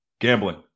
gambling